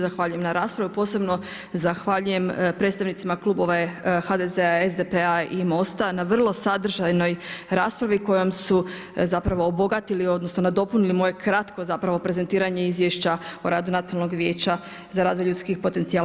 Zahvaljujem na raspravi, posebno zahvaljujem predstavnicima klubova HDZ-a, SDP-a i Mosta na vrlo sadržajnoj raspravi kojom su zapravo obogatili odnosno nadopunili moje kratko zapravo prezentiranje Izvješća o radu Nacionalnog vijeća za razvoj ljudskih potencijala.